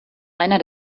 einer